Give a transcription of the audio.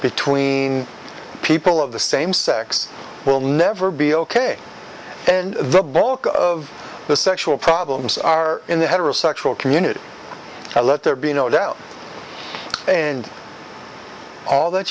between people of the same sex will never be ok and the bulk of the sexual problems are in the heterosexual community let there be no doubt and all that